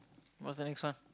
what's the next one